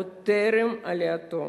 עוד טרם עלייתו,